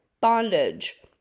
bondage